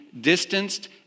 distanced